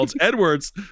Edwards